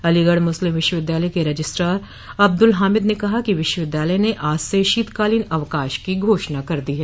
अलीगढ़ मुस्लिम विश्वविद्यालय के रजिस्ट्रार अब्द्रल हामिद ने कहा कि विश्वविद्यालय ने आज से शीतकालीन अवकाश की घोषणा कर दी है